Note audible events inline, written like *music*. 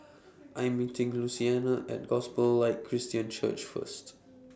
*noise* I'm meeting Luciana At Gospel Light Christian Church First